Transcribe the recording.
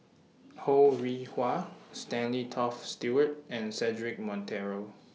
Ho Rih Hwa Stanley Toft Stewart and Cedric Monteiro